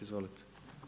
Izvolite.